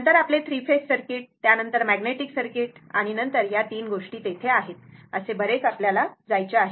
नंतर आपले 3 phase circuit त्यानंतर मॅग्नेटिक सर्किट नंतर 3 गोष्टी तेथे आहेत असे बरेच आपल्याला जायचे आहे